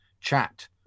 chat